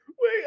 Wait